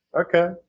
Okay